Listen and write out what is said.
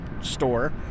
store